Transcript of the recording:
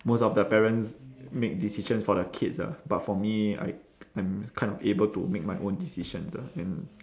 most of the parents make decisions for their kids ah but for me I I'm kind of able to make my own decisions ah and